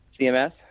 CMS